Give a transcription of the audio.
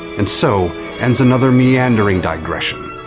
and so and another meandering digression,